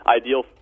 ideal